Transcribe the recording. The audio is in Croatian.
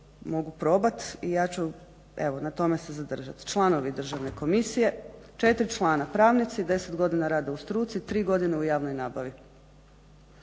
mogu probati i ja ću evo na tome se zadržati. Članovi Državne komisije, 4 člana, pravnici, deset godina rada u struci, tri godine u javnoj nabavi.